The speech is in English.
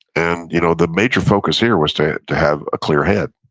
and you know the major focus here was to to have a clear head,